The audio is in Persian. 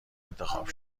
انتخاب